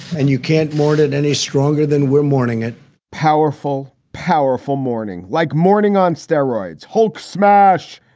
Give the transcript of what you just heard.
and you can't mourn it in a stronger than we're mourning it powerful, powerful mourning like mourning on steroids. hulk smash,